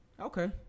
Okay